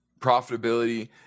profitability